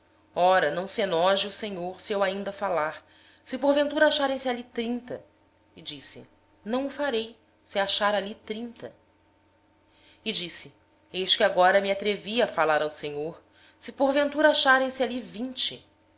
ora não se ire o senhor se eu ainda falar se porventura se acharem ali trinta de novo assentiu não o farei se achar ali trinta tornou abraão eis que outra vez me a atrevi a falar ao senhor se porventura se acharem ali vinte